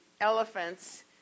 elephants